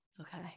Okay